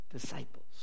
disciples